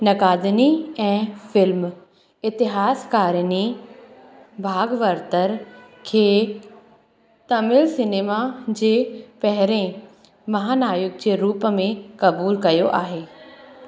नक़ादनि ऐं फ़िल्म इतिहासकारनि भागवरतर खे तमिल सिनेमा जे पहिरें महानायक जे रूप में क़बूल कयो आहे